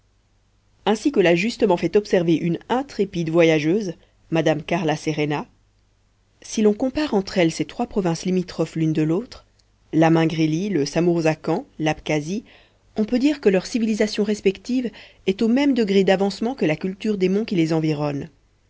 ainsi que l'a justement fait observer une intrépide voyageuse madame caria serena si l'on compare entre elles ces trois provinces limitrophes l'une de l'autre la mingrélie le samourzakan l'abkasie on peut dire que leur civilisation respective est au même degré d'avancement que la culture des monts qui les environnent